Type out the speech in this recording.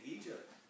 Egypt